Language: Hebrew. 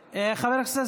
הייתם,